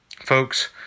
Folks